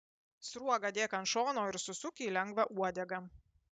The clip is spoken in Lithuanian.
sruogą dėk ant šono ir susuk į lengvą uodegą